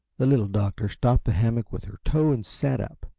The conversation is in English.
the little doctor stopped the hammock with her toe and sat up.